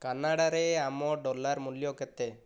କାନାଡ଼ାରେ ଆମ ଡଲାର ମୂଲ୍ୟ କେତେ